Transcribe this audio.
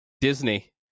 Disney